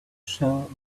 shell